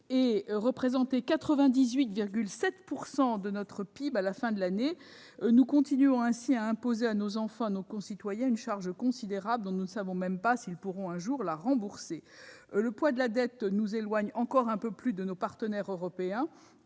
atteindre 98,7 % du PIB à la fin de l'année. Nous continuons ainsi à imposer à nos enfants une charge considérable et nous ne savons même pas s'ils pourront un jour la rembourser. Le poids de la dette nous éloigne encore un peu plus de nos partenaires européens.